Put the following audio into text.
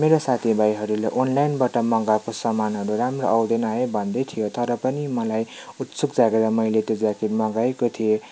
मेरो साथीभाइहरूले अनलाइनबाट मगाएको सामानहरू राम्रो आउँदैन है भन्दै थियो तर पनि मलाई उत्सुक जागेर मैले त्यो ज्याकेट मगाएको थिएँ